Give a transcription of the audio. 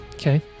okay